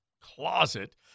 closet